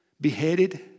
beheaded